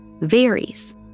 varies